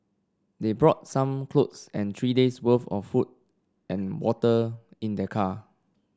they brought some clothes and three days' worth of food and water in their car